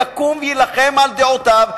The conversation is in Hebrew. יקום ויילחם על דעותיו,